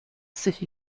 city